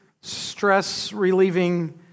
stress-relieving